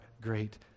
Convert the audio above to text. great